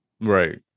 Right